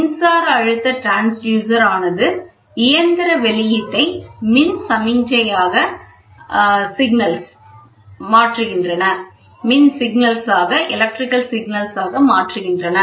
மின்சார அழுத்த டிரான்ஸ்யூசர் ஆனது இயந்திர வெளியீட்டை மின் சமிக்ஞையாக மாற்றுகின்றன